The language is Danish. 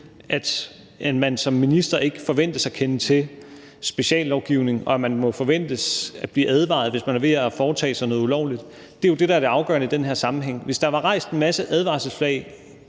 at man som minister ikke forventes at kende til speciallovgivning, og at man må forventes at blive advaret, hvis man er ved at foretage sig noget ulovligt, jo det, der er det afgørende i den her sammenhæng. Hvis der var hejst en masse advarselsflag